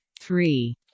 three